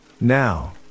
Now